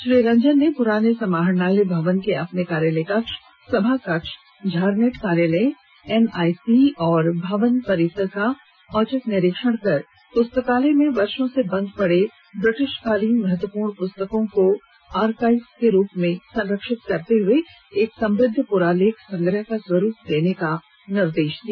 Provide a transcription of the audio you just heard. श्री रंजन ने पुराने समाहरणालय भवन के अपने कार्यालय कक्ष सभा कक्ष झारनेट कार्यालय एनआईसी एवं भवन परिसर का औचक निरीक्षण कर पुस्तकालय में वर्षो से बंद पड़े ब्रिटिशकालीन महत्वपूर्ण पुस्तकों को आरकाईव्ह के रूप में संरक्षित करते हुए एक समृद्ध पुरालेख संग्रह का स्वरूप देने को निर्देश दिया